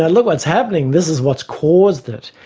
ah look what's happening! this is what's caused it.